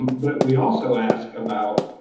but we also ask about